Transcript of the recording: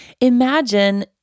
Imagine